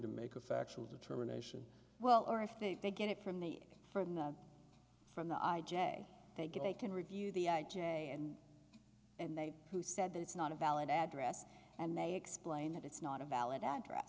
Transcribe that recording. to make a factual determination well or if they get it from the from the from the i j a they get they can review the i j a and and they who said that it's not a valid address and they explain that it's not a valid address